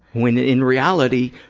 when in reality,